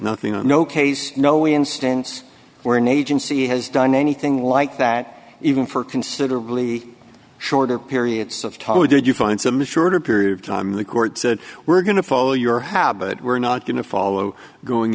nothing no no case no instance where an agency has done anything like that even for considerably shorter periods of time or did you find some shorter period of time the court said we're going to follow your habit we're not going to follow going